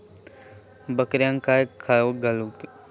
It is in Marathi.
बकऱ्यांका काय खावक घालूचा?